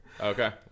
Okay